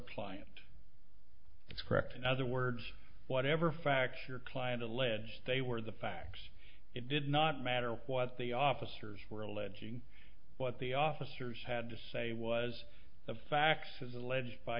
client that's correct in other words whatever faction or client alleged they were the facts it did not matter what the officers were alleging what the officers had to say was the facts as alleged by